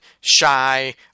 shy